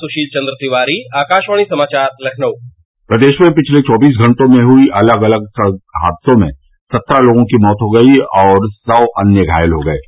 सुशील चंद्र तिवारी आकाशवाणी समाचार लखनऊ प्रदेश में पिछले चौबीस घंटों में हुई अलग अलग सड़क हादसों में सत्रह लोगों की मौत हो गई और सौ अन्य घायल हो गये हैं